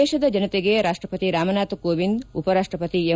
ದೇಶದ ಜನತೆಗೆ ರಾಷ್ಟಪತಿ ರಾಮನಾಥ್ ಕೋವಿಂದ್ ಉಪರಾಷ್ಟಪತಿ ಎಂ